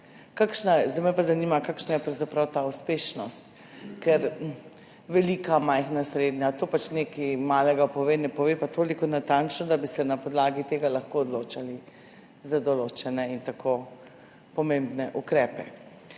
Zdaj me pa zanima, kakšna je pravzaprav ta uspešnost. Ker velika, majhna, srednja, to pač nekaj malega pove, ne pove pa toliko natančno, da bi se na podlagi tega lahko odločali za določene in tako pomembne ukrepe.